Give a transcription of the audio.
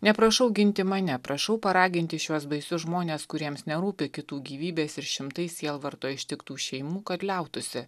neprašau ginti mane prašau paraginti šiuos baisius žmones kuriems nerūpi kitų gyvybės ir šimtai sielvarto ištiktų šeimų kad liautųsi